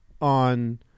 on